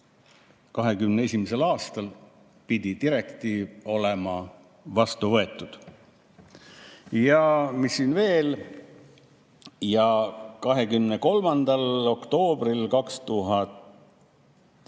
2021. aastal pidi direktiiv olema vastu võetud. Mis siin veel on? 23. oktoobril, 17.